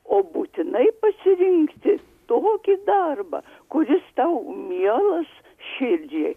o būtinai pasirinkti tokį darbą kuris tau mielas širdžiai